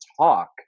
talk